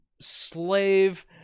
slave